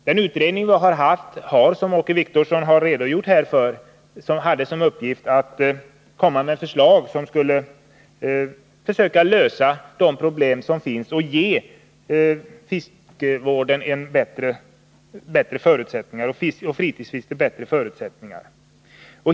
Den utredning som gjorts och som Åke Wictorsson redogjort för hade till uppgift att lägga fram förslag som kunde lösa problemen och ge fiskevården och fritidsfisket bättre förutsättningar.